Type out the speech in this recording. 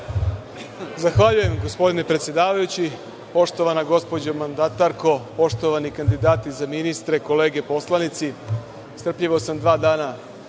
Zahvaljujem, gospodine predsedavajući. Poštovana gospođo mandatarko, poštovani kandidati za ministre, kolege poslanici, strpljivo sam dva dana